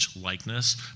likeness